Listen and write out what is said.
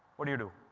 what do you do?